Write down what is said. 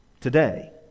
today